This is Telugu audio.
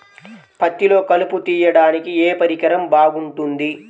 పత్తిలో కలుపు తీయడానికి ఏ పరికరం బాగుంటుంది?